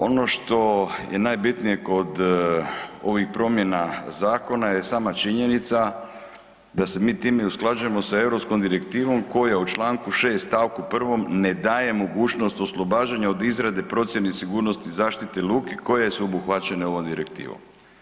Ono što je najbitnije kod ovih promjena zakona je sama činjenica da se mi time usklađujemo sa europskom direktivom koja u čl. 6. st. 1. ne daje mogućnost oslobađanja od izrade procjene sigurnosti zaštite luke koje su obuhvaćene ovom direktivom.